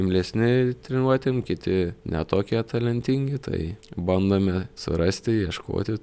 imlesni treniruotėm kiti ne tokie talentingi tai bandome surasti ieškoti